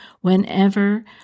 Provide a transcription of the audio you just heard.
whenever